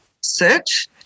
search